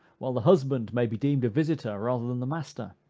while the husband may be deemed a visiter, rather than the master?